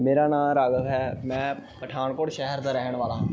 ਮੇਰਾ ਨਾਂ ਰਾਘਵ ਹੈ ਮੈਂ ਪਠਾਨਕੋਟ ਸ਼ਹਿਰ ਦਾ ਰਹਿਣ ਵਾਲਾ